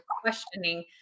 questioning